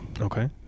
okay